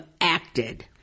acted